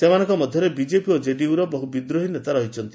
ସେମାନଙ୍କ ମଧ୍ୟରେ ବିଜେପି ଓ କେଡିୟୁର ବହୁ ବିଦ୍ରୋହୀ ନେତା ରହିଛନ୍ତି